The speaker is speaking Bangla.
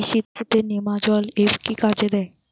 কৃষি তে নেমাজল এফ কি কাজে দেয়?